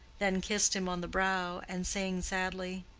then kissed him on the brow, and saying sadly,